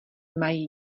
mají